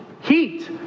heat